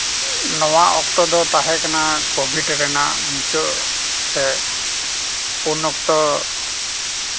ᱱᱚᱣᱟ ᱚᱠᱛᱚ ᱫᱚ ᱛᱟᱦᱮᱸ ᱠᱟᱱᱟ ᱠᱳᱵᱷᱤᱰ ᱨᱮᱱᱟᱜ ᱢᱩᱪᱟᱹᱫ ᱥᱮᱫ ᱩᱱ ᱚᱠᱛᱚ